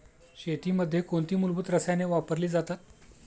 शेतीमध्ये कोणती मूलभूत रसायने वापरली जातात?